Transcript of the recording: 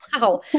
wow